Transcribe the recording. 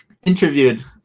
Interviewed